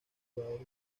jugador